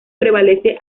prevalece